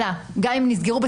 -- וגם אם הם נסגרו,